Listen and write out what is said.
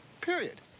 period